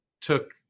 took